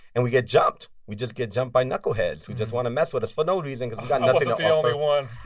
and we get jumped. we just get jumped by knuckleheads who just want to mess with us for no reason the only one